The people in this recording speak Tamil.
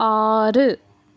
ஆறு